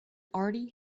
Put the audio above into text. already